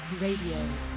Radio